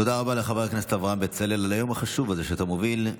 תודה רבה לחבר הכנסת אברהם בצלאל על היום החשוב הזה שאתה מוביל.